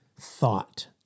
Thought